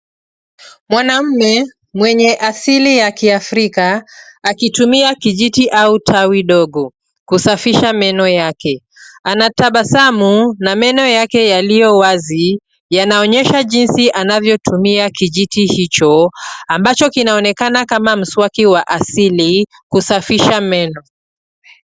Mwanaume mwenye asili ya kiafrika akitumia kijiti au tawi ndogo kusafisha meno yake. Anatabasamu na meno yake yaliyo wazi yanaonyesha jinsi anavyotumia kijiti hicho ambacho kinaonekana kama mswaki wa asili kusafisha meno.